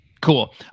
Cool